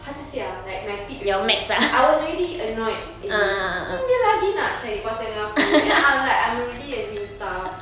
how to say ah like my peak already I was already annoyed and ni dia lagi nak cari pasal dengan aku then I'm like I'm already a new staff